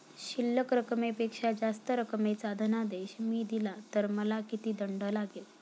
शिल्लक रकमेपेक्षा जास्त रकमेचा धनादेश मी दिला तर मला किती दंड लागेल?